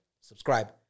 subscribe